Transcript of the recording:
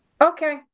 Okay